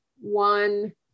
one